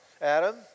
Adam